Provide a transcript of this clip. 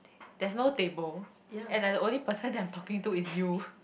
there's no table and I only person that I'm talking to is you